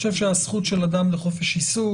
אני חושב שהזכות של אדם לחופש עיסוק,